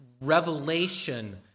revelation